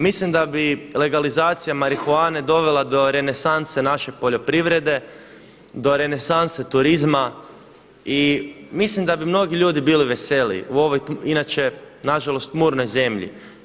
Mislim da bi legalizacija marihuane dovela do renesanse naše poljoprivrede, do renesanse turizma i mislim da bi mnogi ljudi bili veseliji u ovoj inače na žalost tmurnoj zemlji.